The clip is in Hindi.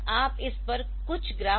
आप इस पर कुछ ग्राफिक्स भी डाल सकते है